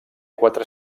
quatre